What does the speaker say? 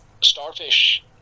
starfish